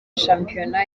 shampiyona